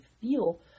feel